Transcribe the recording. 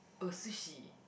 oh sushi